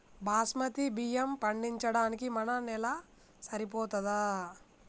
బాస్మతి బియ్యం పండించడానికి మన నేల సరిపోతదా?